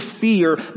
fear